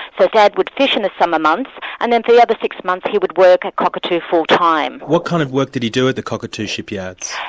so dad would fish in the summer months, and then for the other six months he would work at cockatoo full-time. what kind of work did he do at the cockatoo shipyards?